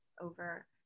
over